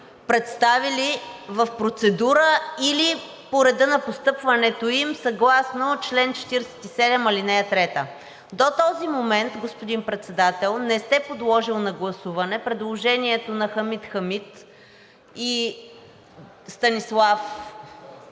представили в процедура или по реда на постъпването им съгласно чл. 47, ал. 3. До този момент, господин Председател, не сте подложили на гласуване предложението на Хамид Хамид и Станислав